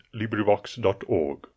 LibriVox.org